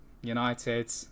United